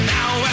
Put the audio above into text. Now